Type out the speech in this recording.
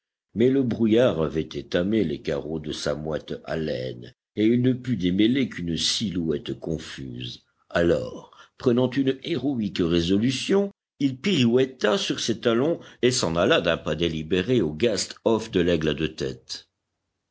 mais le brouillard avait étamé les carreaux de sa moite haleine et il ne put démêler qu'une silhouette confuse alors prenant une héroïque résolution il pirouetta sur ses talons et s'en alla d'un pas délibéré au gasthof de l aigle à deux têtes